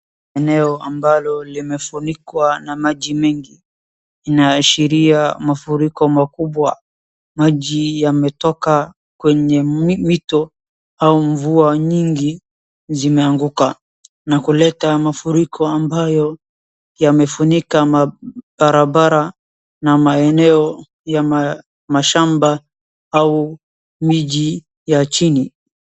Eneo ambalo limefunikwa na maji mengi. Inaashiria mafuriko makubwa. Maji yametoka kwenye mito au mvua nyingi zimeanguka, na kuleta mafuriko ambayo yamefunika mabarabara na maeneo ya mashamba au miji ya chini.